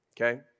okay